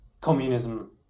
communism